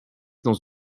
dans